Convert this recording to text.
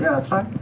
that's fine.